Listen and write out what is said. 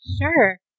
Sure